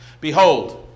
Behold